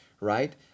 Right